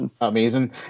amazing